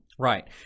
Right